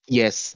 yes